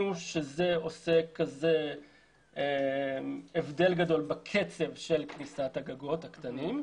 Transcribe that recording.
שזה עושה הבדל גדול בקצב של כניסת הגגות הקטנים.